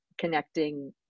connecting